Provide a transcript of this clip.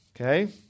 Okay